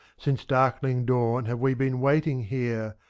since darkling dawn have we been waiting here.